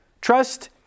trust